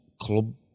club